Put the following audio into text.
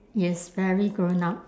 yes very grown up